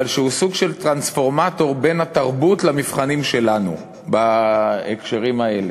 אבל הוא סוג של טרנספורמטור בין התרבות למבחנים שלנו בהקשרים האלה.